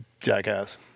Jackass